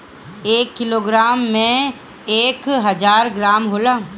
एक किलोग्राम में एक हजार ग्राम होला